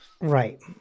Right